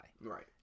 Right